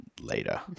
later